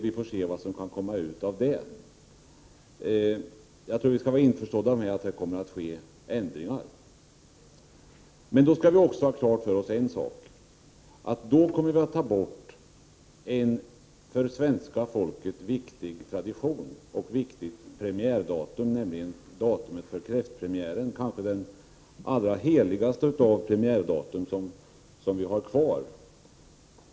Vi får se vad som kan komma ut av det. Jag tror att vi måste vara inställda på att det kommer att ske ändringar. Vi skall dock ha klart för oss att vi nu riskerat att ta bort en för svenska folket viktig tradition och ett viktigt premiärdatum, nämligen datumet för kräftpremiären. Det är kanske det allra heligaste av de premiärdatum som vi har kvar.